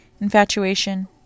infatuation